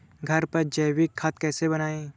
घर पर जैविक खाद कैसे बनाएँ?